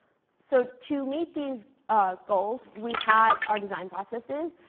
so to meet these goals, we had our design processes.